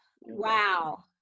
wow